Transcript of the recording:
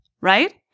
right